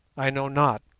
i know not,